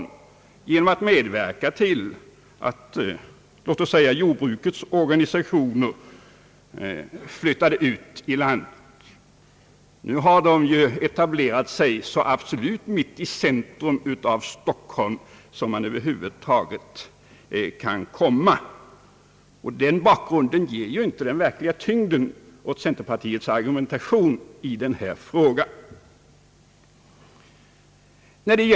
Det skulle kunna ske genom att medverka till att exempelvis jordbrukets organisationer flyttade ut i landet. Dessa organisationer har ju som vi vet i stället etablerat sig mitt inne i Stockholms centrum. Den bakgrunden kan inte ge någon verklig tyngd åt centerpartiets argumentation i denna fråga.